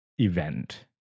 event